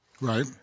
right